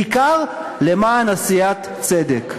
בעיקר למען עשיית צדק.